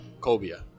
Cobia